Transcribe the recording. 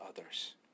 others